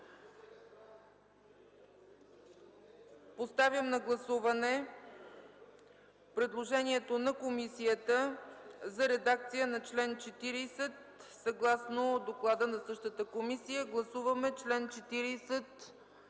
Подлагам на гласуване предложението на комисията за редакция на § 6, съгласно доклада на същата комисия. Гласуваме § 6